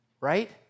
right